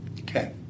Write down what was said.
Okay